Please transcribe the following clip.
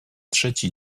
trzeci